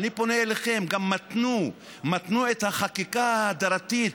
אני פונה אליכם: מתנו גם את החקיקה ההדרתית,